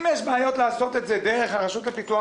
אם יש קושי לעשות את זה דרך הרשות לפיתוח